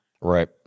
Right